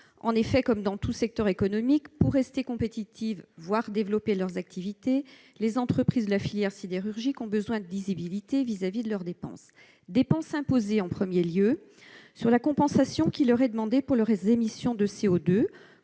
En effet, comme dans tout secteur économique, pour rester compétitives, voire développer leurs activités, les entreprises de la filière sidérurgique ont besoin de lisibilité quant à leurs dépenses. En premier lieu, il y a la dépense imposée, notamment la compensation qui leur est demandée pour leurs émissions de CO2,